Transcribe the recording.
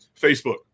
Facebook